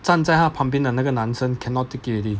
站在他旁边的那个男生 cannot take it already